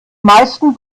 meisten